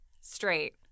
straight